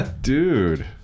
Dude